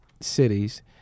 cities